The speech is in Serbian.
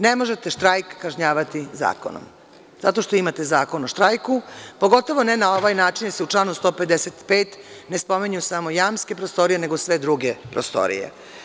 Ne možete štrajk kažnjavati zakonom, zato što imate Zakon o štrajku, pogotovo ne ovaj način, jer se u članu 155. ne spominju samo jamske prostorije, nego sve druge prostorije.